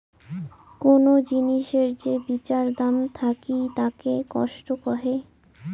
কোন জিনিসের যে বিচার দাম থাকিতাকে কস্ট কহে